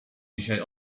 dzisiaj